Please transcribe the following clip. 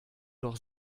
doch